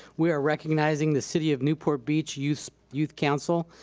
we're recognizing the city of newport beach youth youth council.